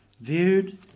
viewed